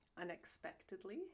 unexpectedly